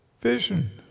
vision